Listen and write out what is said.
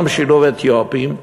גם שילוב אתיופים.